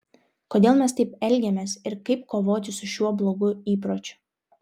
kodėl mes taip elgiamės ir kaip kovoti su šiuo blogu įpročiu